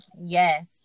Yes